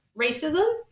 racism